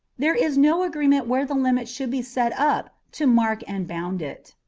there is no agreement where the limit should be set up to mark and bound it.